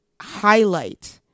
highlight